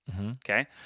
Okay